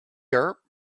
her